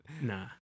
Nah